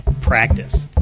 practice